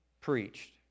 preached